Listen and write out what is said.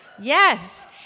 Yes